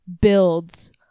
builds